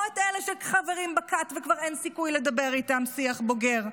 לא את אלה שחברים בכת וכבר אין סיכוי לדבר איתם שיח בוגר,